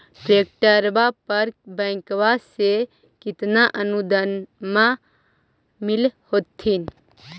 ट्रैक्टरबा पर बैंकबा से कितना अनुदन्मा मिल होत्थिन?